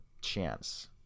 chance